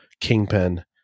Kingpin